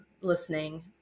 listening